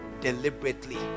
deliberately